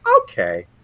okay